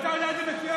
ואתה יודע את זה מצוין,